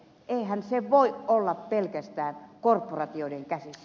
eihän se voi olla pelkästään korporaatioiden käsissä